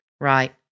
Right